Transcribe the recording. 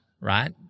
right